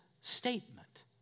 statement